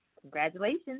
Congratulations